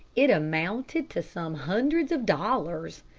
it amounted to some hundreds of dollars.